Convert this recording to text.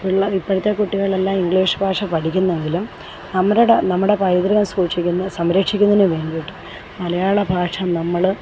ഇപ്പുള്ള ഇപ്പോഴത്തെ കുട്ടികളെല്ലാം ഇംഗ്ലീഷ് ഭാഷ പഠിക്കുന്നെങ്കിലും നമ്മറ്ടെ നമ്മുടെ പൈതൃകം സൂക്ഷിക്കുന്ന സംരക്ഷിക്കുന്നതിന് വേണ്ടിയിട്ടും മലയാളഭാഷ നമ്മള്